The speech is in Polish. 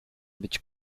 być